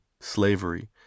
slavery